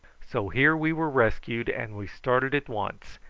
so here we were rescued, and we started at once,